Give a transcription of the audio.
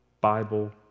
Bible